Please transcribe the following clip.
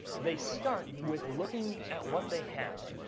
they start with looking at what they have,